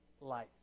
life